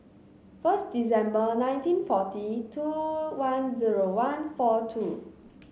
first December nineteen forty two one zero one four two